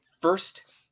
first